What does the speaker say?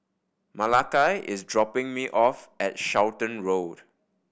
Malachi is dropping me off at Charlton Road